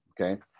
okay